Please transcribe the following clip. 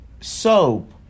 soap